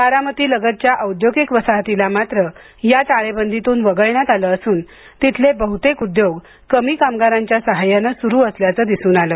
बारामतीलागतच्या औद्योगिक वसाहतीला मात्र या टाळेबंदीतून वगळण्यात आलं असून तिथले बहुतेक उद्योग कमी कामगारांच्या साहाय्यानं सुरु असल्याचं दिसून आलं